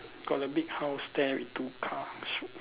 got a big house there with two car shiok